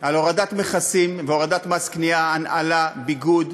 על הורדת מכסים והורדת מס קנייה על הנעלה, ביגוד,